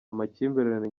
amakimbirane